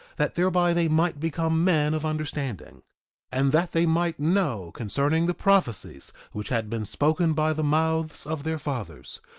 that thereby they might become men of understanding and that they might know concerning the prophecies which had been spoken by the mouths of their fathers,